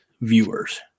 viewers